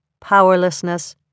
powerlessness